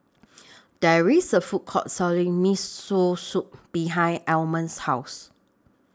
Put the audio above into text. There IS A Food Court Selling Miso Soup behind Almond's House